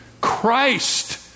christ